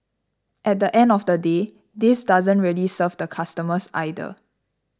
at the end of the day this doesn't really serve the customers either